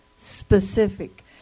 specific